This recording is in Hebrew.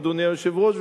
אדוני היושב-ראש,